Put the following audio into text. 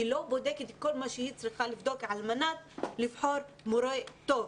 היא לא בודקת את כל מה שהיא צריכה לבדוק על מנת לבחור מורה טוב.